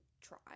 try